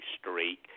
streak